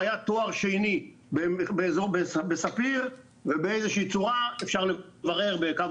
היה תואר שני בספיר ובאיזושהי צורה אפשר לברר ב"קו